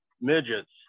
midgets